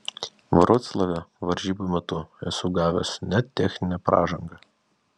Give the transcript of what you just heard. vroclave varžybų metu esu gavęs net techninę pražangą